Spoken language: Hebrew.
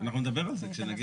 אנחנו נדבר על זה כשנגיע.